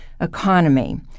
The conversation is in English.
economy